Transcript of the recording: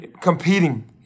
competing